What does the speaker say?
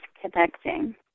connecting